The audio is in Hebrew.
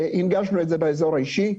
הנגשנו את זה באזור האישי.